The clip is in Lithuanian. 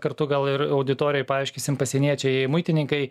kartu gal ir auditorijai paaiškinsim pasieniečiai muitininkai